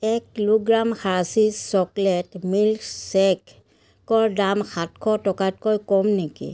এক kilogram Hershey's chocolate milk shake ৰ দাম সাতশ টকাতকৈ কম নেকি